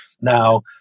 Now